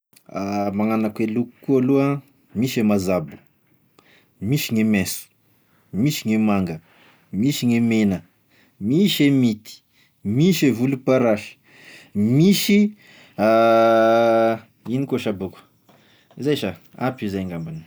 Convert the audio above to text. Ah, magnano akoa e loko koa aloha: misy e mazabo, misy gne menso, misy gne manga, misy gne mena, misy e mity, misy e voloparasy, misy ino sha bako; zay sha ampy zay ngambany.